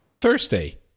Thursday